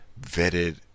vetted